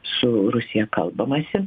su rusija kalbamasi